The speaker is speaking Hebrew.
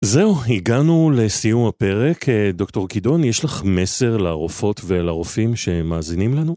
זהו, הגענו לסיום הפרק, דוקטור כידון, יש לך מסר לרופאות ולרופאים שמאזינים לנו?